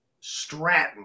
Stratton